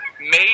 made